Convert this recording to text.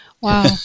wow